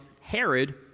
Herod